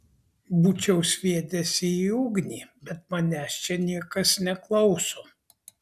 būčiau sviedęs jį į ugnį bet manęs čia niekas neklauso